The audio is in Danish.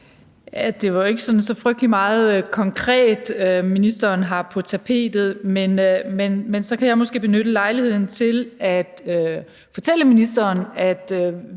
Det var ikke så frygtelig meget konkret, ministeren havde på tapetet, men så kan jeg måske benytte lejligheden til at fortælle ministeren,